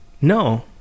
No